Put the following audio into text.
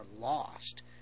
lost